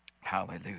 Hallelujah